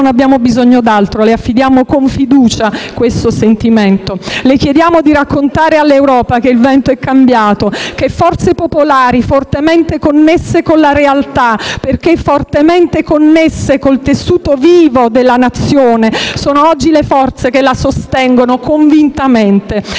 non abbiamo bisogno di altro, le affidiamo con fiducia questo sentimento. Le chiediamo di raccontare all'Europa che il vento è cambiato, che forze popolari fortemente connesse con la realtà, perché fortemente connesse con il tessuto vivo della Nazione, sono oggi le forze che la sostengono convintamente